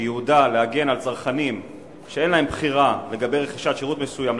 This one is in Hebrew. שייעודה להגן על צרכנים שאין להם בחירה לגבי רכישת שירות מסוים,